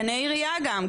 גני עירייה גם,